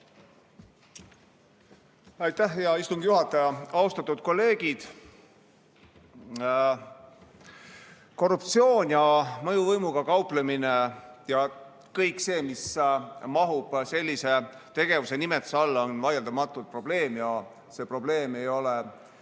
Aitäh, hea istungi juhataja! Austatud kolleegid! Korruptsioon ja mõjuvõimuga kauplemine ja kõik see, mis mahub sellise tegevuse nimetuse alla, on vaieldamatult probleem. See probleem ei ole